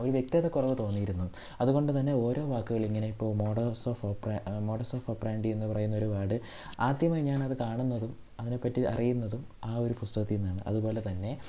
ഒരു വ്യക്തത കുറവ് തോന്നിയിരുന്നു അതുകൊണ്ടുതന്നെ ഓരോ വാക്കുകളിങ്ങനെ ഇപ്പോൾ modus of opera modus of operandi എന്ന് പറയുന്ന ഒരു വേർഡ് ആദ്യമായി ഞാൻ അത് കാണുന്നതും അതിനെ പറ്റി അറിയുന്നതും ആ ഒരു പുസ്തകത്തിൽ നിന്നാണ് അതുപോലെ തന്നെ